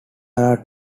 are